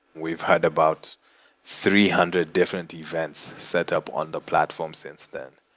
we've had about three hundred different events set up on the platform since then.